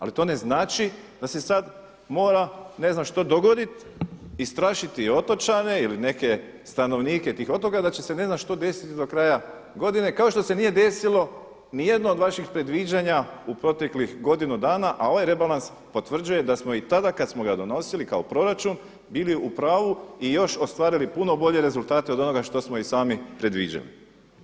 Ali to ne znači da se sad mora ne znam što dogodit, istrašiti otočane ili neke stanovnike tih otoka da će se ne znam što desiti do kraja godine, kao što se nije desilo ni jedno od vaših predviđanja u proteklih godinu dana a ovaj rebalans potvrđuje da smo i tada kad smo ga donosili kao proračun bili u pravu i još ostvarili puno bolje rezultate od onoga što smo i sami predviđali.